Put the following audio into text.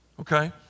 okay